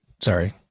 sorry